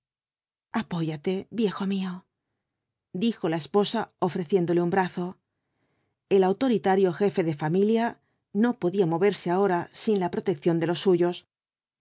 apóyate viejo mío dijo la esposa ofreciéndole un brazo el autoritario jefe de familia no podía moverse ahora sin la protección de los suyos